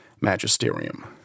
magisterium